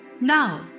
Now